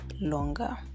longer